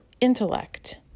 intellect